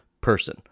person